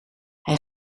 hij